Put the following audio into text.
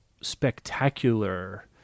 spectacular